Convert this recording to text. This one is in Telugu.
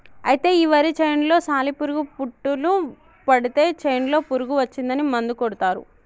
అయితే ఈ వరి చేనులో సాలి పురుగు పుట్టులు పడితే చేనులో పురుగు వచ్చిందని మందు కొడతారు